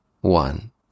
one